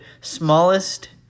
smallest